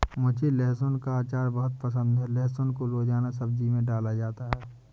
मुझे लहसुन का अचार बहुत पसंद है लहसुन को रोजाना सब्जी में डाला जाता है